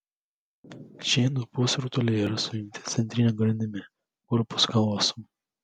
šie du pusrutuliai yra sujungti centrine grandimi korpus kalosum